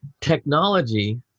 Technology